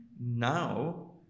now